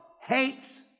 hates